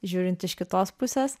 žiūrint iš kitos pusės